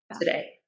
today